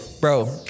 bro